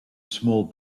small